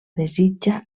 desitja